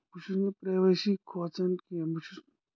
بہٕ چھُس نہٕ پرایویسی کھوژان کیٚنٛہہ بہٕ چھُس